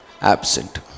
absent